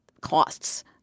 costs